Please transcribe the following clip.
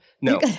No